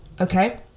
Okay